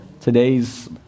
Today's